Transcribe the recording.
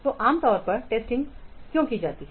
तो आम तौर पर टेस्टिंग क्यों की जाती है